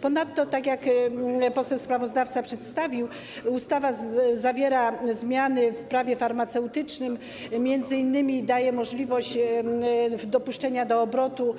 Ponadto, tak jak poseł sprawozdawca przedstawił, ustawa zawiera zmiany w Prawie farmaceutycznym, m.in. daje możliwość dopuszczenia do obrotu